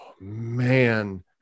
Man